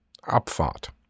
Abfahrt